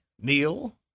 Neil